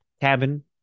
cabin